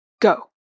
go